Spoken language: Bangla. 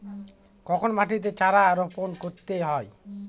কখন মাটিতে চারা রোপণ করতে হয়?